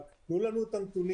רק תנו לנו את הנתונים.